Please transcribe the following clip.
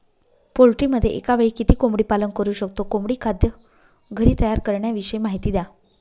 पोल्ट्रीमध्ये एकावेळी किती कोंबडी पालन करु शकतो? कोंबडी खाद्य घरी तयार करण्याविषयी माहिती द्या